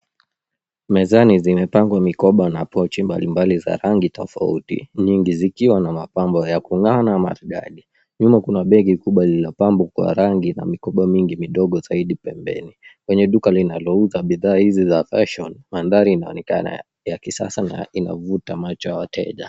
Mezani zimepangwa mikoba na pochi mbalimbali za rangi tofauti nyingi zikiwa na mapambo ya kung'aa na maridadi. Nyuma kuna begi kubwa lililopambwa kwa rangi na mikoba mingi midogo zaidi pembeni. Kwenye duka linalouza bidhaa hizi za fashion mandhari inaonekana ya kisasa na inavuta macho ya wateja.